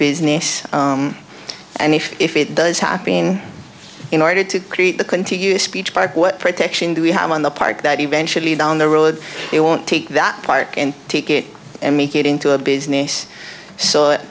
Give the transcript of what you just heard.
business and if if it does hopping in order to create the contiguous beach park what protection do we have on the park that eventually down the road it won't take that park and take it and make it into a business so i